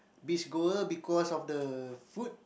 beach goer because of the food